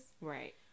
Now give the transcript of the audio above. Right